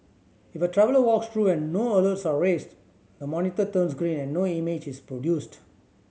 if a traveller walks through and no alerts are raised the monitor turns green and no image is produced